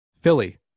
philly